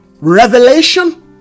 revelation